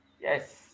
Yes